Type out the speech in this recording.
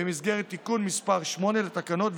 במסגרת תיקון מס' 8 לתקנות,